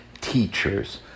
teachers